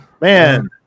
man